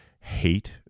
hate